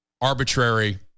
arbitrary